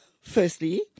firstly